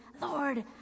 lord